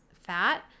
fat